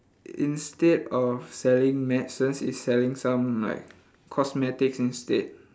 instead of selling medicines it's selling some like cosmetics instead